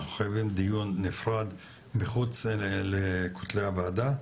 אנחנו חייבים דיון נפרד מחוץ לכותלי הוועדה,